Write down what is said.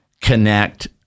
connect